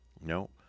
No